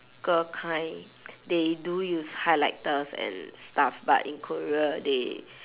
ca~ kind they do use highlighters and stuff but in korea they